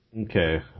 Okay